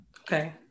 Okay